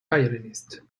violinist